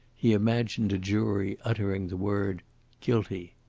he imagined a jury uttering the word guilty.